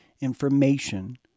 information